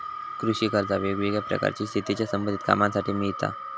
कृषि कर्जा वेगवेगळ्या प्रकारची शेतीच्या संबधित कामांसाठी मिळता